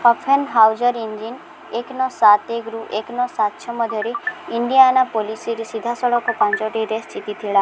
Offenhauser engine ଏକ ନଅ ସାତ ଏକରୁ ଏକ ନଅ ସାତ ଛଅ ମଧ୍ୟରେ ଇଣ୍ଡିଆନ୍ ପୋଲିସ୍ରେ ସିଧାସଳଖ ପାଞ୍ଚଟି ରେସ୍ ଜିତିଥିଲା